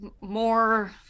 more